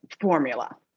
formula